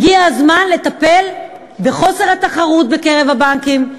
הגיע הזמן לטפל בחוסר התחרות בקרב הבנקים,